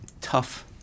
tough